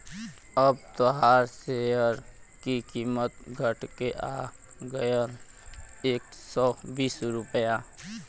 अब तोहार सेअर की कीमत घट के आ गएल एक सौ बीस रुपइया